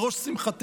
על ראש שמחתנו,